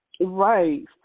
Right